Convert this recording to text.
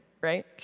right